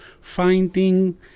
finding